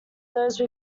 those